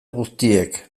guztiek